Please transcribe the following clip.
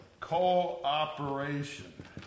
cooperation